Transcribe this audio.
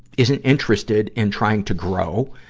isn't interested in trying to grow,